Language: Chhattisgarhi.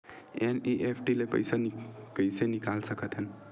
एन.ई.एफ.टी ले पईसा कइसे निकाल सकत हन?